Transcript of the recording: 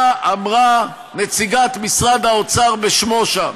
מה אמרה נציגת משרד האוצר בשמו שם,